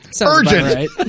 Urgent